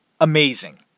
amazing